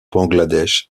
bangladesh